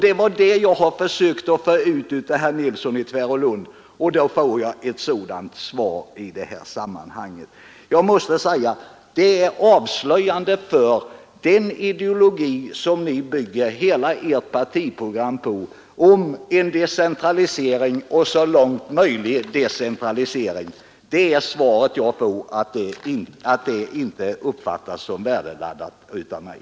Det är detta jag har försökt få ut av herr Nilsson i Tvärålund, och då ger han mig ett sådant här svar. Jag måste säga: Det är avslöjande för den ideologi på vilken ni bygger hela ert partiprogram om ”en så långt möjligt driven decentralisering”. Herr Nilsson i Tvärålund svarar helt enkelt att det inte uppfattas som värdeladdat av mig.